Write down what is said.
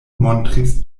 montris